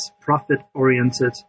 profit-oriented